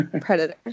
predator